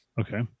Okay